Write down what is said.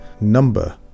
number